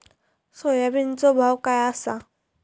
सोयाबीनचो भाव काय आसा?